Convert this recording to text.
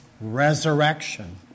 Resurrection